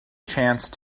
chance